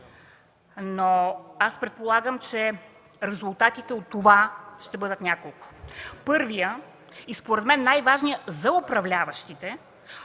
сфери. Предполагам, че резултатите от това ще бъдат няколко. Първият и според мен най-важният за управляващите